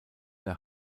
der